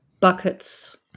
buckets